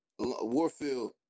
Warfield